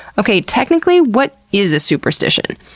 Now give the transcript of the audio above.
okay, technically, what is a superstition?